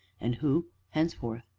and who, henceforth,